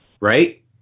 right